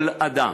כל אדם,